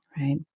right